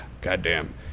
goddamn